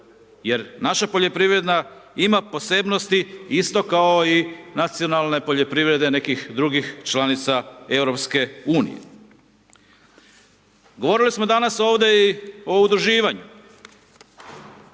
jer naša poljoprivreda ima posebnosti isto kao i nacionalne poljoprivrede nekih drugih članica Europske unije. Govorili smo danas ovdje i o udruživanju.